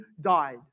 died